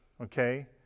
okay